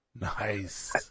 Nice